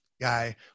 guy